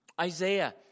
Isaiah